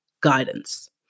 guidance